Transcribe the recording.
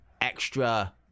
extra